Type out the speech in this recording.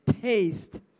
taste